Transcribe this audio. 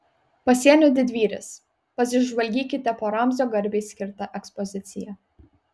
pasienio didvyris pasižvalgykite po ramzio garbei skirtą ekspoziciją